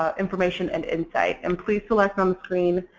ah information and insight? and please select on screen